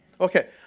Okay